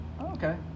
okay